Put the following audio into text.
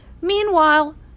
Meanwhile